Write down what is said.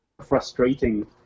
frustrating